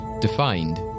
Defined